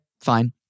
fine